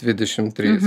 dvidešim trys